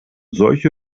solche